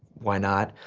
why not?